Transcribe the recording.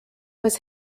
was